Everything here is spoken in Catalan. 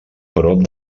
prop